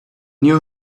knew